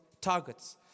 targets